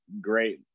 great